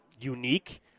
unique